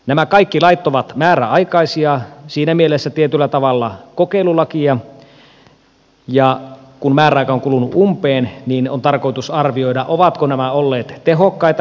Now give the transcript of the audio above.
nämä kaikki lait ovat määräaikaisia siinä mielessä tietyllä tavalla kokeilulakeja ja kun määräaika on kulunut umpeen niin on tarkoitus arvioida ovatko nämä lait olleet tehokkaita